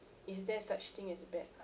is there such thing as bad art